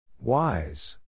Wise